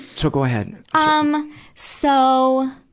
so go ahead. um so,